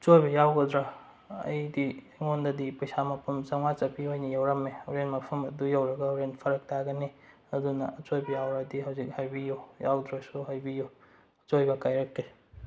ꯑꯆꯣꯏꯕ ꯌꯥꯎꯒꯗ꯭ꯔ ꯑꯩꯗꯤ ꯑꯩꯉꯣꯟꯗꯗꯤ ꯄꯩꯁꯥ ꯃꯄꯨꯝ ꯆꯧꯉꯥ ꯆꯞꯄꯤ ꯑꯣꯏꯅ ꯌꯥꯎꯔꯝꯃꯦ ꯍꯣꯔꯦꯟ ꯃꯐꯝ ꯑꯗꯨ ꯌꯧꯔꯒ ꯍꯣꯔꯦꯟ ꯐꯔꯛ ꯇꯥꯒꯅꯤ ꯑꯗꯨꯅ ꯑꯆꯣꯏꯕ ꯌꯥꯎꯔꯗꯤ ꯍꯧꯖꯤꯛ ꯍꯥꯏꯕꯤꯌꯨ ꯌꯥꯎꯗ꯭ꯔꯁꯨ ꯍꯥꯏꯕꯤꯌꯨ ꯑꯆꯣꯏꯕ ꯀꯥꯏꯔꯛꯀꯦ